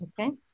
okay